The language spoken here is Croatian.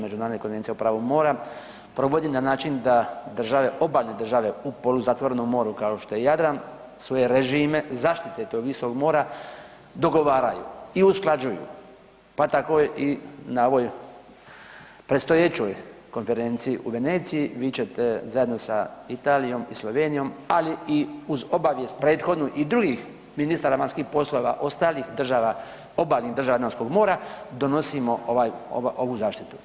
Međunarodne konvencije o pravu mora provodi na način da države, obalne države u poluzatvorenom moru kao što je Jadran, svoje režime zaštite tog istog mora dogovaraju i usklađuju, pa tako i na ovoj predstojećoj konferenciji u Veneciji, vi ćete zajedno sa Italijom i Slovenijom, ali i uz obavijest prethodno i drugih ministara vanjskih poslova ostalih država, obalnih država Jadranskog mora, donosimo ovaj, ovu zaštitu.